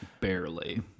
barely